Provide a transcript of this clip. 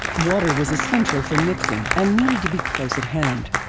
water was essential for mixing and needed to be close at hand.